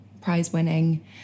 Prize-winning